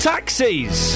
Taxis